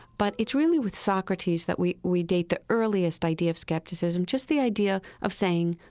but it's really with socrates that we we date the earliest idea of skepticism, just the idea of saying,